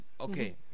Okay